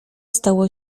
stało